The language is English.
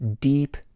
deep